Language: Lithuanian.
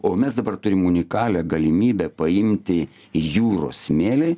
o mes dabar turim unikalią galimybę paimti jūros smėlį